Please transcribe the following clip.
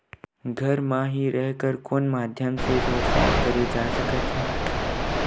घर म हि रह कर कोन माध्यम से व्यवसाय करे जा सकत हे?